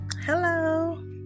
hello